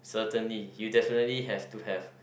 certainly you definitely have to have